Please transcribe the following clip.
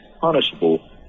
punishable